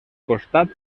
costats